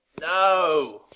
No